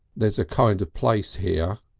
there's a kind of place here,